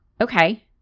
okay